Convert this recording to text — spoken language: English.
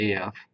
AF